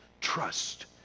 trust